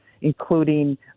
including